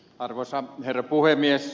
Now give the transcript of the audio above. arvoisa herra puhemies